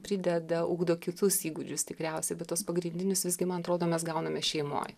prideda ugdo kitus įgūdžius tikriausiai bet tuos pagrindinius visgi man atrodo mes gauname šeimoj